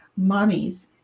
mommies